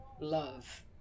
love